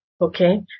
okay